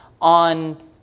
on